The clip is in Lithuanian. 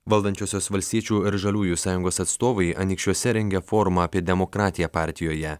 valdančiosios valstiečių ir žaliųjų sąjungos atstovai anykščiuose rengia forumą apie demokratiją partijoje